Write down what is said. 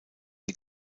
die